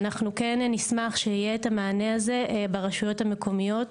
ואנחנו כן נשמח שיהיה את המענה הזה ברשויות המקומיות.